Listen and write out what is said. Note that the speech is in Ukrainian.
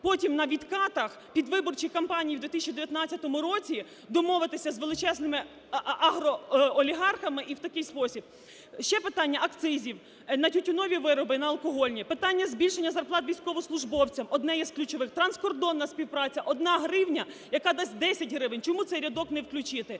потім на відкатах під виборчі кампанії в 2019 році домовитися з величезними агроолігархами і в такий спосіб. Ще питання акцизів на тютюнові вироби, на алкогольні. Питання збільшення зарплат військовослужбовцям одне є з ключових. Транскордонна співпраця. 1 гривня, яка дасть 10 гривень. Чому цей рядок не включити?